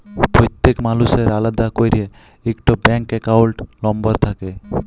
প্যত্তেক মালুসের আলেদা ক্যইরে ইকট ব্যাংক একাউল্ট লম্বর থ্যাকে